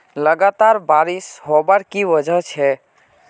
लगातार बारिश होबार की वजह छे?